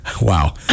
Wow